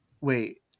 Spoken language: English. wait